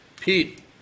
Pete